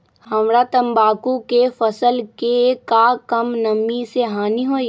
हमरा तंबाकू के फसल के का कम नमी से हानि होई?